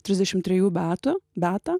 trisdešimt trejų beata beata